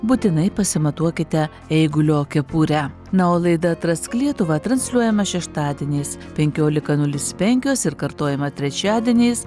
būtinai pasimatuokite eigulio kepurę na o laida atrask lietuvą transliuojama šeštadieniais penkiolika nulis penkios ir kartojama trečiadieniais